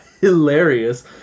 hilarious